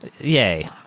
yay